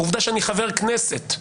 עובדה שאני חבר כנסת,